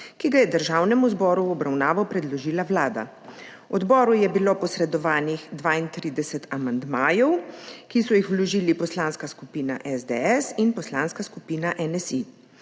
ki ga je Državnemu zboru v obravnavo predložila Vlada. Odboru je bilo posredovanih 32 amandmajev, ki so jih vložili Poslanska skupina SDS in Poslanska skupina NSi.